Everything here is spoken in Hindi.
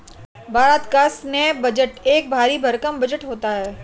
भारत का सैन्य बजट एक भरी भरकम बजट होता है